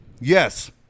Yes